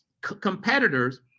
competitors